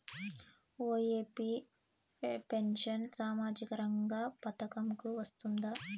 OAP pension సామాజిక రంగ పథకం కు వస్తుందా?